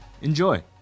Enjoy